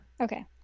okay